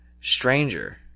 Stranger